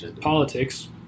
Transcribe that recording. Politics